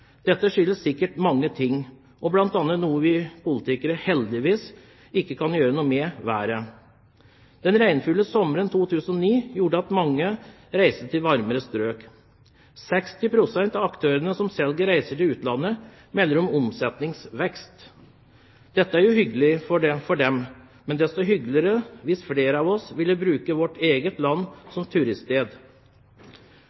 Dette skyldes sikkert mange ting, bl.a. noe vi politikere heldigvis ikke kan gjøre noe med: været. Den regnfulle sommeren 2009 gjorde at mange reiste til varmere strøk. 60 pst. av aktørene som selger reiser til utlandet, melder om omsetningsvekst. Dette er jo hyggelig for dem, men det ville vært hyggeligere hvis flere av oss ville brukt vårt eget land